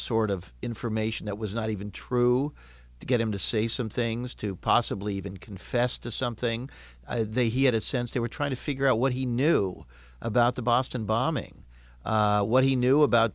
sort of information that was not even true to get him to say some things to possibly even confess to something they he had a sense they were trying to figure out what he knew about the boston bombing what he knew about